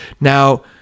Now